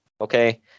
Okay